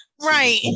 right